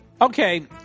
Okay